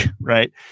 right